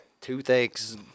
toothaches